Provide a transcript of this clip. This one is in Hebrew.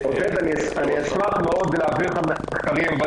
אשמח מאוד להעביר לכם את המחקרים.